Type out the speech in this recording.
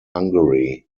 hungary